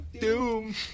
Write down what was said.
doom